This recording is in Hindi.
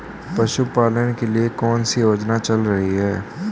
पशुपालन के लिए कौन सी योजना चल रही है?